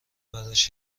براش